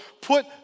put